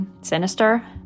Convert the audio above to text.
sinister